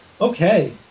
Okay